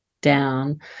down